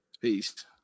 Peace